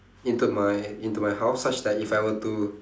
into my into my house such that if I were to